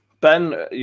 Ben